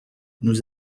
nous